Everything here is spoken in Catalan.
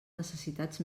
necessitats